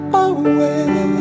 away